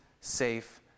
safe